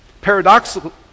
Paradoxically